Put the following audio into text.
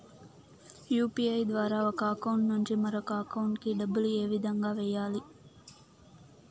UPI ద్వారా ఒక account నుంచి మరొక అకౌంట్ కి డబ్బులు ఏ విధంగా వెయ్యాలి